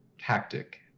tactic